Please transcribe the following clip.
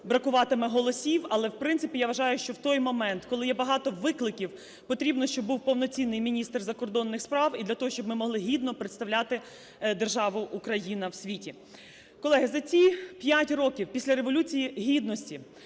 бракуватиме голосів. Але, в принципі, я вважаю, що в той момент, коли є багато викликів, потрібно, щоб був повноцінний міністр закордонних справ і для того, щоб ми могли гідно представляти державу Україна в світі. Колеги, за ці 5 років після Революції Гідності,